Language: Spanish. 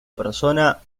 persona